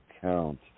count